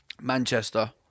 Manchester